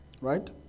right